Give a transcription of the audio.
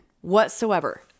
whatsoever